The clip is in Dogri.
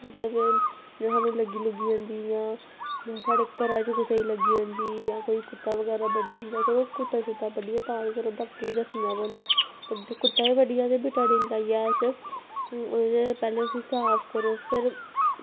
मतलब जे सानूं लग्गी लुग्गी जंदी जां साढ़े घरै च कुसै गी लग्गी जंदी जां कोई कुत्ता बगैरा बड्ढी जंदा चलो कुत्ता शुत्ता बड्डी जाऽ तां ते चलो डाक्टरै गी दस्सना पौंदा पर कुत्ता जे बड्ढी जाऽ ते बीटाडीन लाइयै अस ओह्दे पैह्लें उस्सी साफ करो फिर